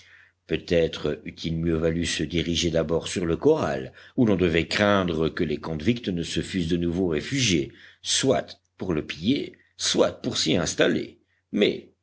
peut-être eût-il mieux valu se diriger d'abord sur le corral où l'on devait craindre que les convicts ne se fussent de nouveau réfugiés soit pour le piller soit pour s'y installer mais